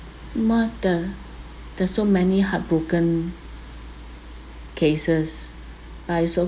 martha there are so many heartbroken cases I so